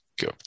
go